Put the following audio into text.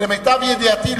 למיטב ידיעתי,